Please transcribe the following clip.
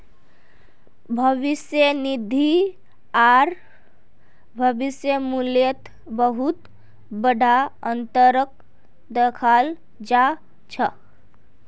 भविष्य निधि आर भविष्य मूल्यत बहुत बडा अनतर दखाल जा छ